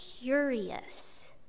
curious